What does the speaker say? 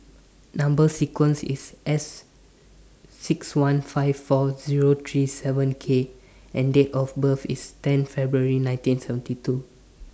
Number sequence IS S six one five four Zero three seven K and Date of birth IS ten February nineteen seventy two